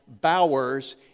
Bowers